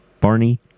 Barney